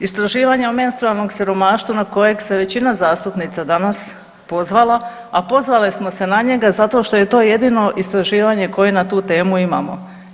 Istraživanja o menstrualnom siromaštvu na koje se većina zastupnica danas pozvala, a pozvale smo se na njega zato što je to jedino istraživanje koje na tu temu imamo.